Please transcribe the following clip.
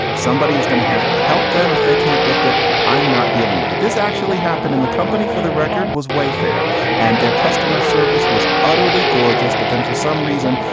somebody is going to have to help them if they can't lift it. i'm not dealing with it. this actually happened in the company for the record was wayfair and their customer service was utterly gorgeous. but then for some reason,